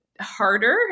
harder